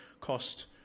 cost